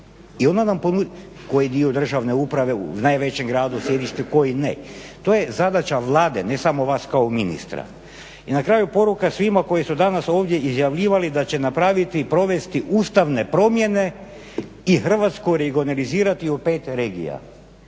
dio ne. I onda, koji dio državne uprave u najvećem gradu, sjedištu, koji ne. To je zadaća Vlade ne samo vas kao ministra. I na kraju poruka svima koji su danas ovdje izjavljivali da će napraviti i provesti ustavne promjene i Hrvatsku reorganizirati u pet regija.